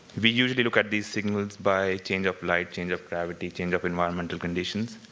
we usually look at these signals by change of light, change of gravity, change of environmental conditions,